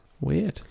weird